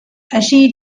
així